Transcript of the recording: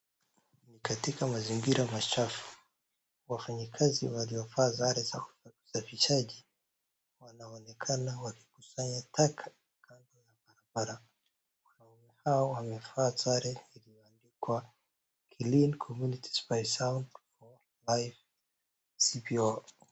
Ni katika mazingira machafu. Wafanyikazi waliovaa sare za usafishaji wanaonekana wakikusanya taka kando ya barabara. Wanaume hao wamevaa sare iliyoandikwa Clean Communities by South for Life CBO .